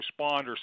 responders